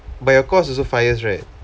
but your course also five years right